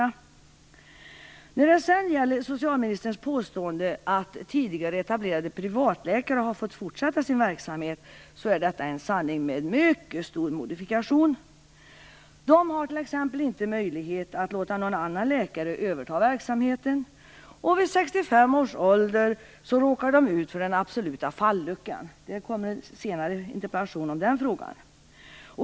Vidare är socialministerns påstående att tidigare etablerade privatläkare har fått fortsätta sin verksamhet en sanning med mycket stor modifikation. De har t.ex. inte möjlighet att låta någon annan läkare överta verksamheten, och vid 65 års ålder råkar de ut för den absoluta falluckan. Det kommer senare en interpellation om den frågan.